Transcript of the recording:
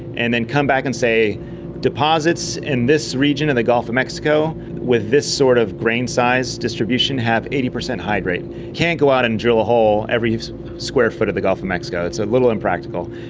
and then come back and say deposits in this region in the gulf of mexico with this sort of grain size distribution have eighty percent hydrate. you can't go out and drill a hole every square foot of the gulf of mexico, it's a little impractical.